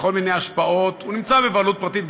לכל מיני השפעות, הוא בבעלות פרטית.